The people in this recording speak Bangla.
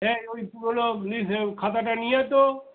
হ্যাঁ ওইগুলো খাতাটা নিয়ে তো